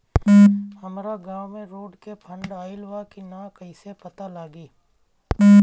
हमरा गांव मे रोड के फन्ड आइल बा कि ना कैसे पता लागि?